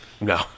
no